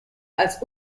als